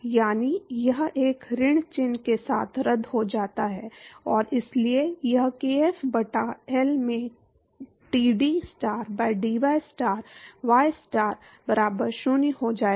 यानी यह एक ऋण चिह्न के साथ रद्द हो जाता है और इसलिए यह kf बटा L में dTstar by dystar ystar बराबर 0 हो जाएगा